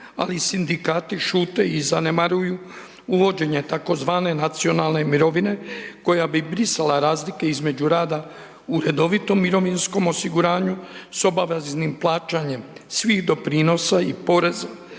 Ali sindikati šute i zanemaruju uvođenje tzv. nacionalne mirovine koja bi brisala razlike između rada u redovitom mirovinskom osiguranju s obaveznim plaćanjem svih doprinosa i poreza